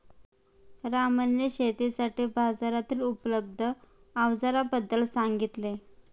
रामने शेतीसाठी बाजारातील उपलब्ध अवजारांबद्दल सांगितले